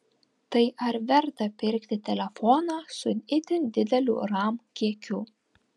tai ar verta pirkti telefoną su itin dideliu ram kiekiu